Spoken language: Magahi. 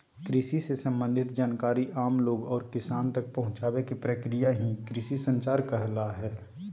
कृषि से सम्बंधित जानकारी आम लोग और किसान तक पहुंचावे के प्रक्रिया ही कृषि संचार कहला हय